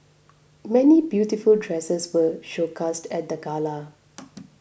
many beautiful dresses were showcased at the gala